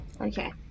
okay